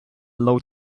low